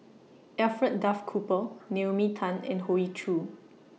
Alfred Duff Cooper Naomi Tan and Hoey Choo